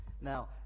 Now